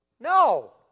No